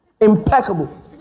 Impeccable